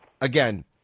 again